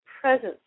presence